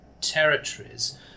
territories